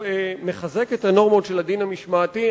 מחזק את הנורמות של הדין המשמעתי,